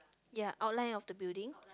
ya outline of the building